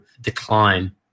decline